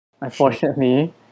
unfortunately